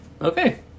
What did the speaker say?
okay